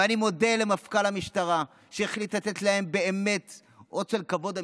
ואני מודה למפכ"ל המשטרה שהחליט לתת להם באמת אות של כבוד אמיתי,